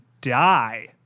die